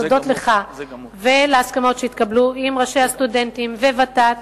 ותודות לך ולהסכמות שהתקבלו עם ראשי הסטודנטים וות"ת